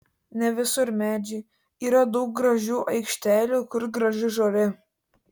ne visur medžiai yra daug gražių aikštelių kur graži žolė